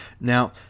Now